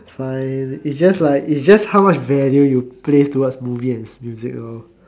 fine it's just like it's just how much value you place towards movie and music lor